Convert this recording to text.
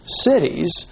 cities